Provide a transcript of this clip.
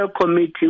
committee